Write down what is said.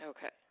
Okay